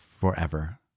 forever